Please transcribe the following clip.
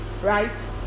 right